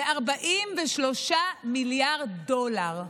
ב-43 מיליארד דולר.